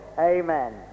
Amen